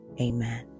amen